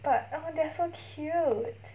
but oh but they're so cute